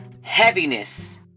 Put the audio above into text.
heaviness